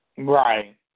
Right